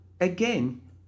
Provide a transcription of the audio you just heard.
again